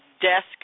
desk